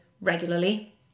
regularly